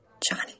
Johnny